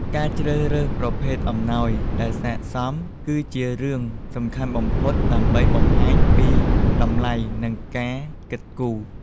ការជ្រើសរើសប្រភេទអំណោយដែលស័ក្តិសម គឺជារឿងសំខាន់បំផុតដើម្បីបង្ហាញពីតម្លៃ និងការគិតគូរ។